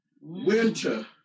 Winter